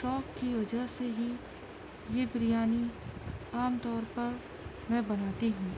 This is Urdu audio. شوق کی وجہ سے ہی یہ بریانی عام طور پر میں بناتی ہوں